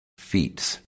feats